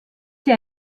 sie